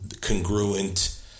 congruent